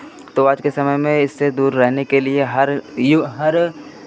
तो आज के समय में इससे दूर रहने के लिए हर यू हर